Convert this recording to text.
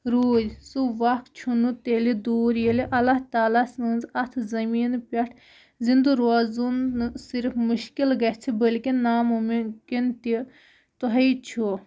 روٗد سُہ وَکھ چھُنہٕ تیٚلہِ دوٗر ییٚلہِ اللہ تعالٰی سٕنز اَتھ زٔمیٖن پٮ۪ٹھ زِندٕ روزُن نہٕ صرف مُشکِل گژھِ بٔلکہِ نامُمکِن تہِ تۄہہِ چھُ